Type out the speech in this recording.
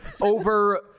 over